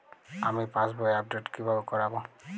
আমি পাসবই আপডেট কিভাবে করাব?